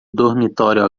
dormitório